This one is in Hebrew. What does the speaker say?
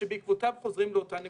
שבעקבותיו חוזרים לאותה נקודה.